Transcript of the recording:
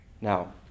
Now